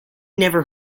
never